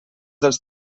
dels